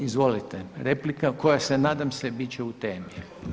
Izvolite replika koja se nadam se bit će u temi.